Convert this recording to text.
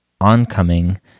oncoming